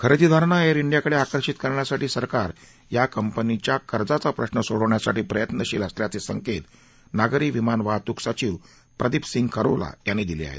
खरेदीदारांना एअर डियाकडे आकर्षित करण्यासाठी सरकार या कंपनीचा कर्जाचा प्रश्र सोडवण्यासाठी प्रयत्नशील असल्याचे संकेत नागरी विमानवाहतूक सचीव प्रदीप सिंग खरोला यांनी दिले आहेत